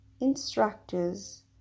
instructors